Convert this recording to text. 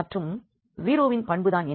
மற்றும் 0 வின் பண்பு தான் என்ன